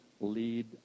lead